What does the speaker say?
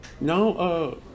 No